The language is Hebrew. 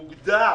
מוגדר,